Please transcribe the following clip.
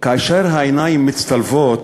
כאשר העיניים מצטלבות,